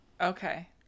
Okay